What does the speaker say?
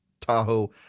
tahoe